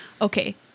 Okay